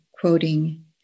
quoting